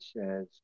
says